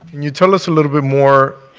you tell us a little bit more,